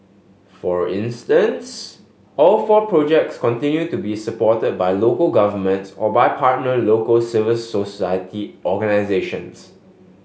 for instance all four projects continue to be supported by local governments or by partner local civil society organisations